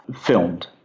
filmed